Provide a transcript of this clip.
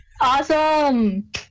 Awesome